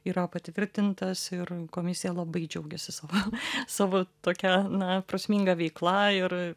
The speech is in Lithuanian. yra patvirtintas ir komisija labai džiaugėsi savo savo tokia na prasminga veikla ir